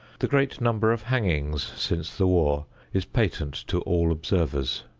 the great number of hangings since the war is patent to all observers.